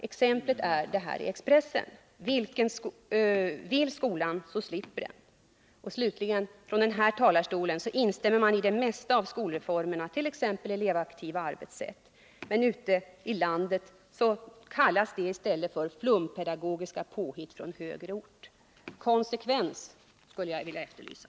Det gäller t.ex. Britt Mogårds uttalande i Expressen: ”Vill skolan inte slipper den.” Slutligen vill jag säga att Britt Mogård från den här talarstolen instämmer i det mesta när det gäller skolreformerna, t.ex. elevaktiva arbetssätt, men ute i landet talar man i stället om ”flumpedagogiska påhitt från högre ort”. Konsekvens skulle jag vilja efterlysa!